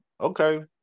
okay